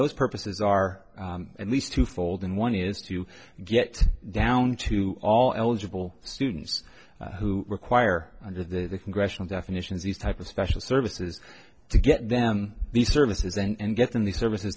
those purposes are at least two fold and one is to get down to all eligible students who require under the congressional definitions these type of special services to get them these services and get them the service